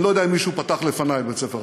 אני לא יודע אם מישהו פתח לפני בית-ספר ערבי,